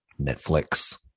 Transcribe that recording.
Netflix